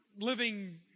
living